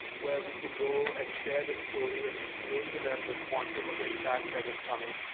where we can go and share this story and explain to them the quantum of impact that is coming.